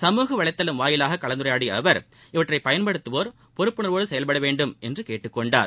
சமூகவலைதளம் வாயிலாக கலந்துரையாடிய அவர் இவற்றை பயன்படுத்தவோர் பொறுப்புணர்வோடு செயல்படவேண்டும் என்று கேட்டுக்கொண்டார்